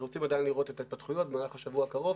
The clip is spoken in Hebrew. רוצים בוודאי לראות גם את ההתפתחויות במהלך השבוע הקרוב,